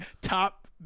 top